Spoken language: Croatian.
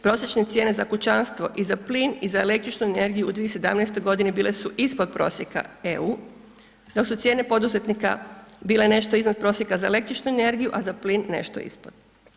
Prosječne cijene za kućanstvo i za plin i za električnu energiju u 2017.g. bile su ispod prosjeka EU, dok su cijene poduzetnika bile nešto iznad prosjeka za električnu energiju, a za plin nešto ispod.